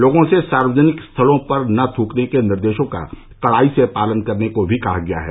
लोगों से सार्वजनिक स्थलों पर न थूकने के निर्देश का कड़ाई से पालन करने को भी कहा गया है